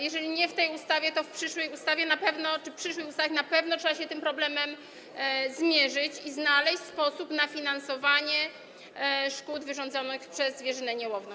Jeżeli nie w tej ustawie, to w przyszłej ustawie czy przyszłych ustawach na pewno trzeba się z tym problemem zmierzyć i znaleźć sposób na finansowanie szkód wyrządzanych przez zwierzynę niełowną.